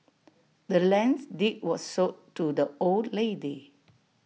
the land's deed was sold to the old lady